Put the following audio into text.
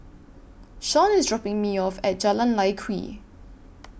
Shaun IS dropping Me off At Jalan Lye Kwee